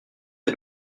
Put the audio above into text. est